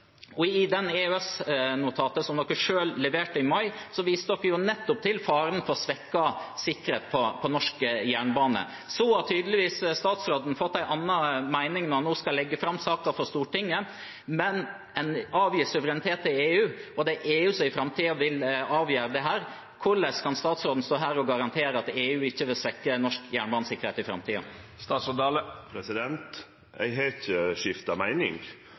Og i det EØS-notatet som regjeringen selv leverte i mai, viste man nettopp til faren for svekket sikkerhet på norske jernbaner. Så har statsråden tydeligvis fått en annen mening når han nå skal legge fram saken for Stortinget. Men en avgir suverenitet til EU, og det er EU som i framtiden vil avgjøre dette. Hvordan kan statsråden stå her og garantere at EU ikke vil svekke norsk jernbanesikkerhet i framtiden? Eg har ikkje skifta meining.